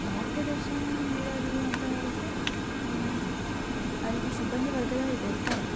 ಮಾರ್ಗದರ್ಶನ ನಿಡೋದು ಅಂತ ಹೇಳಿದ್ರೆ ಅಲ್ಲಿ ಸಿಬ್ಬಂದಿವರ್ಗದವ್ರು ಇರ್ತಾರೆ